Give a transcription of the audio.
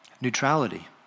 Neutrality